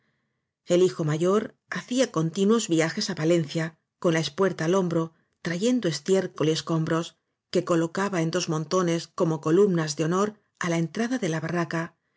el hijo mayor hacía continuos viajes á valencia con la espuerta al hombro trayendo estiércol y escombros que colocaba en dos montones como columnas de honor á la entrada de la barraca